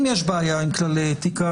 אם יש בעיה עם כללי אתיקה,